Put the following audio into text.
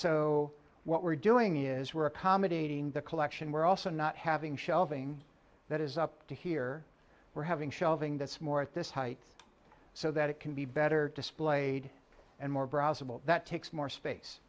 so what we're doing is we're accommodating the collection we're also not having shelving that is up to here we're having shelving that's more at this height so that it can be better displayed and more browser that takes more space